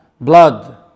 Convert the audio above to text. Blood